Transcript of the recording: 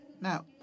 Now